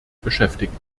beschäftigen